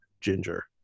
ginger